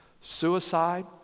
Suicide